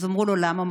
אז אמרו לו: למה?